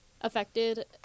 affected